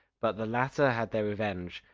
but the latter had their revenge.